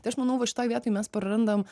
tai aš manau va šitoj vietoj mes prarandam